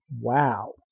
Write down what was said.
wow